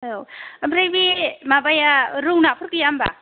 औ ओमफ्राय बे माबाया रौ नाफोर गैया होमब्ला